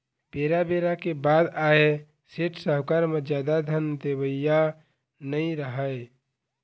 बेरा बेरा के बात आय सेठ, साहूकार म जादा धन देवइया नइ राहय